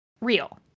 real